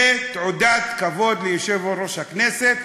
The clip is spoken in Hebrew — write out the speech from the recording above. זו תעודת כבוד ליושב-ראש הכנסת.